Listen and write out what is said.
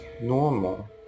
normal